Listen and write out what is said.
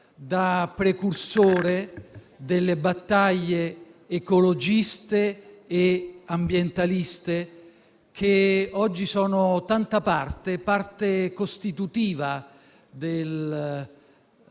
da precursore delle battaglie ecologiste e ambientaliste, che oggi sono tanta parte costitutiva della